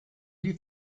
die